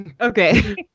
Okay